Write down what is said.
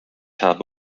habe